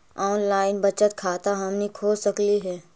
Online बचत खाता हमनी खोल सकली हे?